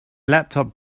laptop